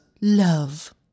love